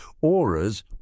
auras